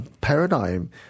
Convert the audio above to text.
paradigm